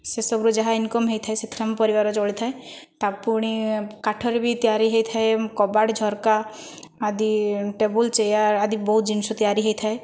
ସେସବୁରୁ ଯାହା ଇନ୍କମ୍ ହୋଇଥାଏ ସେଥିରେ ଆମ ପରିବାର ଚଳିଥାଏ ତ ପୁଣି କାଠରେ ବି ତିଆରି ହେଇଥାଏ କବାଟ ଝରକା ଆଦି ଟେବୁଲ ଚେୟାର ଆଦି ବହୁତ ଜିନିଷ ତିଆରି ହୋଇଥାଏ